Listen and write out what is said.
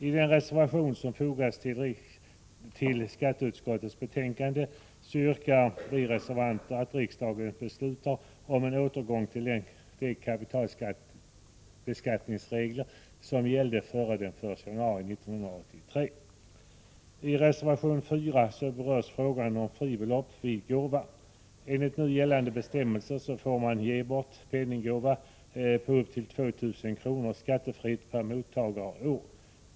I den reservation som fogats till skatteutskottets betänkande yrkar vi reservanter att riksdagen beslutar om en återgång till de kapitalbeskattningsregler som gällde före den 1 januari 1983. I reservation 4 berörs frågan om fribelopp vid gåva. Enligt nu gällande bestämmelser får man ge penninggåvor på upp till 2 000 kr. skattefritt per mottagare och år.